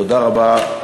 תודה רבה,